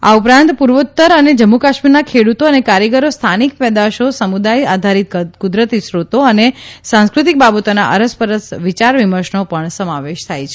આ ઉપરાંત નોર્થઇસ્ટ અને જમ્મુકાશ્મીરના ખેડૂતો અને કારીગરો સ્થાનિક પેદાશો સમુદાય આધારીત કુદરતી સ્ત્રોતો અને સાંસ્કૃતિક બાબતોના અરસપરસ વિચારવિમર્શનો પણ સમાવેશ થાય છે